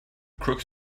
crooks